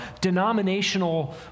denominational